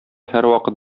һәрвакыт